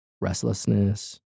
Restlessness